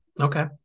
okay